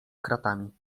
kratami